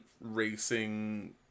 racing